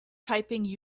typing